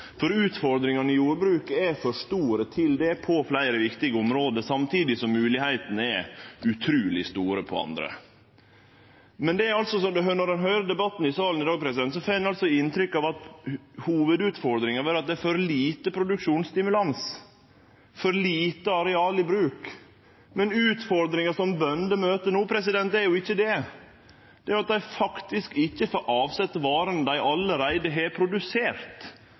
retorikk. Utfordringane i jordbruket er for store til det på fleire viktige område, samtidig som moglegheitene er utruleg store på andre. Når ein høyrer debatten i salen i dag, får ein inntrykk av at hovudutfordringa er at det er for lite produksjonsstimulans, for lite areal i bruk, men utfordringa som bønder no møter, er jo ikkje det, det er at dei faktisk ikkje får omsett varene dei allereie har produsert.